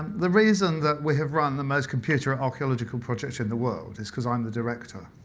the reason that we have run the most computerate archaeological project in the world is because i'm the director.